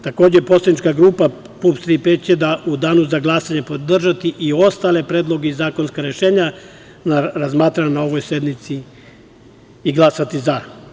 Takođe, poslanička grupa PUPS – „Tri P“ će u danu za glasanje podržati i ostale predloge i zakonska rešenja razmatrane na ovoj sednici i glasati za.